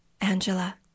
Angela